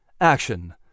Action